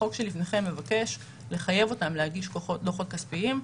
החוק שלפניכם מבקש לחייב אותם להגיש דוחות כספיים,